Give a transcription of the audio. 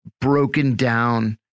broken-down